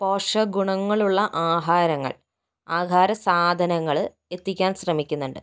പോഷക ഗുണങ്ങളുള്ള ആഹാരങ്ങൾ ആഹാര സാധനങ്ങൾ എത്തിക്കാൻ ശ്രമിക്കുന്നുണ്ട്